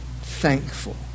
thankful